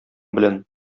белән